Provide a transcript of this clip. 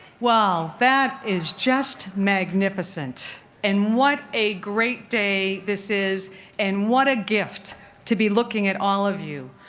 wow that is just magnificent and what a great day this is and what a gift to be looking at all of you.